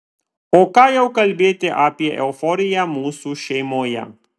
o ką jau kalbėti apie euforiją mūsų šeimoje